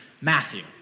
Matthew